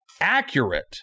accurate